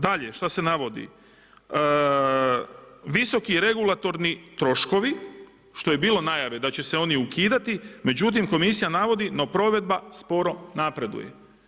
Dalje šta se navodi, visoki regulatorni troškovi što je bilo najave da će se oni ukidati međutim komisija navodi, no provedba sporo napreduje.